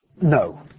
no